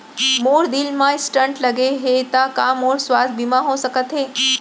मोर दिल मा स्टन्ट लगे हे ता का मोर स्वास्थ बीमा हो सकत हे?